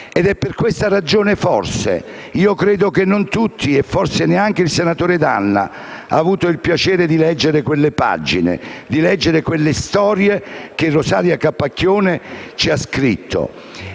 Forse per questa ragione, credo che non tutti, forse neanche il senatore D'Anna, hanno avuto il piacere di leggere quelle pagine e quelle storie che Rosaria Capacchione ha scritto